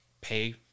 pay